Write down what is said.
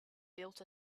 built